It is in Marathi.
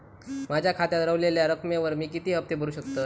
माझ्या खात्यात रव्हलेल्या रकमेवर मी किती हफ्ते भरू शकतय?